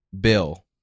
bill